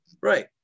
Right